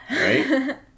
Right